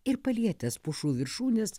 ir palietęs pušų viršūnes